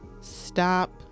stop